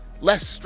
less